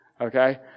okay